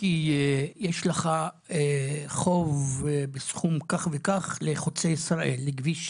כי יש לך חוב בסכום כך וכך לחוצה ישראל, לכביש 6,